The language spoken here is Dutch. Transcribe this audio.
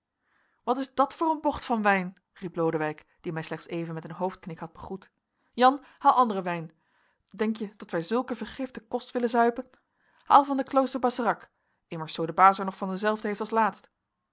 wat is dat voor een bocht van wijn riep lodewijk die mij slechts even met een hoofdknik had begroet jan haal anderen wijn denk je dat wij zulke vergifte kost willen zuipen haal van den klooster baserac immers zoo de baas er nog van dezelfde heeft als laatst